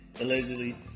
allegedly